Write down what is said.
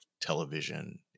television